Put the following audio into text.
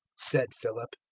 said philip.